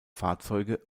fahrzeuge